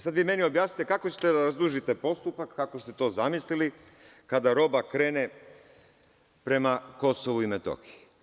Sad vi meni objasnite kako ćete da razdužite postupak, kako ste to zamislili, kada roba krene prema Kosovu i Metohiji?